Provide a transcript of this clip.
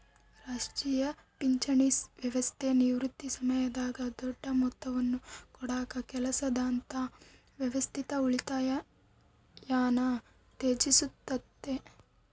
ರಾಷ್ಟ್ರೀಯ ಪಿಂಚಣಿ ವ್ಯವಸ್ಥೆ ನಿವೃತ್ತಿ ಸಮಯದಾಗ ದೊಡ್ಡ ಮೊತ್ತವನ್ನು ಕೊಡಕ ಕೆಲಸದಾದ್ಯಂತ ವ್ಯವಸ್ಥಿತ ಉಳಿತಾಯನ ಉತ್ತೇಜಿಸುತ್ತತೆ